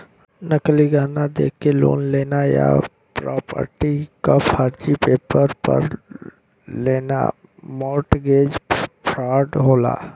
नकली गहना देके लोन लेना या प्रॉपर्टी क फर्जी पेपर पर लेना मोर्टगेज फ्रॉड होला